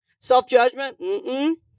Self-judgment